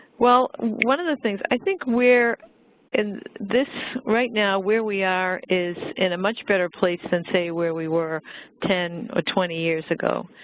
well, one of the things i think where in this, right now, where we are, is in a much better place than say where we were ten or twenty years ago.